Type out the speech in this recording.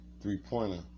three-pointer